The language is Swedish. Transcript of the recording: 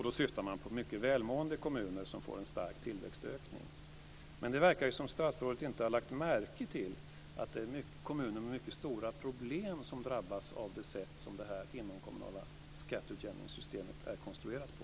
Då syftar man på mycket välmående kommuner som får en stark tillväxtökning. Men det verkar som om statsrådet inte har lagt märke till att det är kommuner med mycket stora problem som drabbas av det sätt som detta inomkommunala skatteutjämningssystem är konstruerat på.